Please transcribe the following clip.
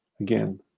Again